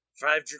Five